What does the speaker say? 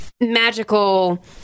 magical